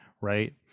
right